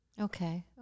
Okay